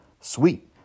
sweet